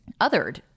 othered